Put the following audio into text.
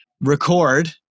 record